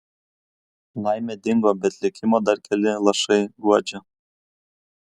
laimė dingo bet likimo dar keli lašai guodžia